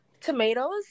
tomatoes